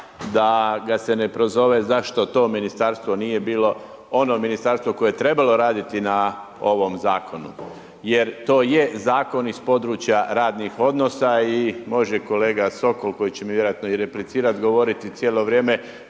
da ga se ne prozove, zašto to ministarstvo nije bilo ono ministarstvo koje je trebalo raditi na ovom zakonu. Jer to je zakon iz područja iz radnih odnosa i može kolega Sokol, koji će mi vjerojatno replicirati, govoriti cijelo vrijeme,